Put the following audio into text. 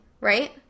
right